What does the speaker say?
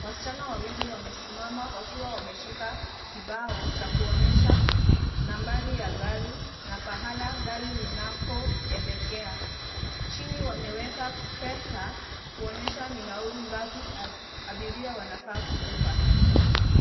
Wasichana wawili wamesimama wakiwa wameshika kibao cha kuonesha nambari ya gari na pahala gari linapoelekea. Chini wameweka pesa kuonyesha ni nauli ngapi abiria wanafaa kulipa.